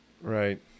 Right